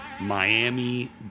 Miami